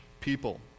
people